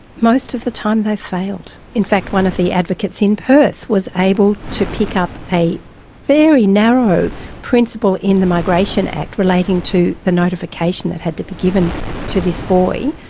most of the time they've failed. in fact, one of the advocates in perth was able to pick up a very narrow principle in the migration act relating to the notification that had to be given to this boy,